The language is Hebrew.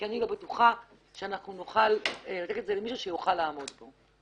כי אני לא בטוחה שאנחנו נוכל --- את זה למישהו שיוכל לעמוד בו.